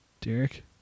Derek